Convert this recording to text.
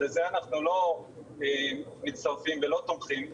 לזה אנחנו לא מצטרפים ולא תומכים,